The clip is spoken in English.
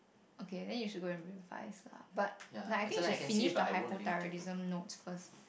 okay then should go and revise lah but I think you finish the hypothyroidism notes first